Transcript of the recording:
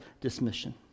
dismission